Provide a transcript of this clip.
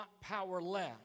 powerless